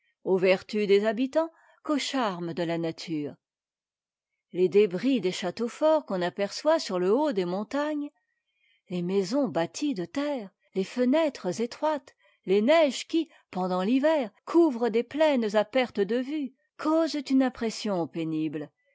aux vertus des habitants qu'aux charmes de la nature les débris des châteaux forts qu'on aperçoit sur le haut des montagnes les maisons bâties de terre les fenêtres étroites les neiges qui pendant l'hiver couvrent des plaines à perte de vue causent une impression pénibte